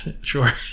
sure